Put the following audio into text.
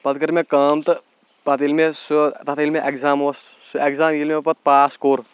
پَتہٕ کٔر مےٚ کٲم تہٕ پَتہٕ ییٚلہِ مےٚ سُہ تَتھ ییٚلہِ مےٚ اٮ۪کزام اوس سُہ اٮ۪کزام ییٚلہِ مےٚ پَتہٕ پاس کوٚر